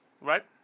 Right